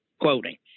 quoting